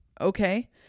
Okay